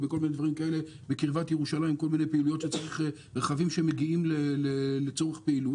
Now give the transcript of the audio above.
או בקרבת ירושלים כל מיני פעילויות שצריך רכבים שמגיעים לצורך פעילות,